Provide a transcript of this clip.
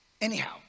Anyhow